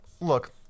look